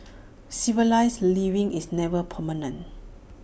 civilised living is never permanent